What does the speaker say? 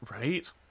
right